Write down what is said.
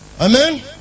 Amen